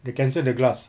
they cancel the glass